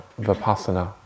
Vipassana